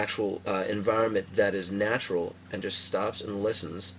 actual environment that is natural and just stops and listens